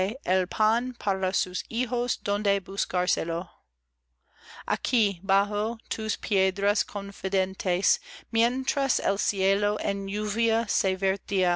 el pan para sus hijos donde buscárselo aquí bajo tus piedras confidentes mientras el cielo